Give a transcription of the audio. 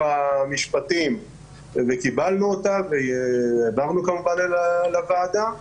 המשפטים וקיבלנו אותה והעברנו כמובן לוועדה.